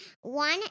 One